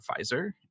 Pfizer